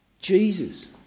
Jesus